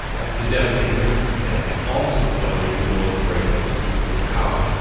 after the devastating earthquake there, also accelerated the world's break up with nuclear power,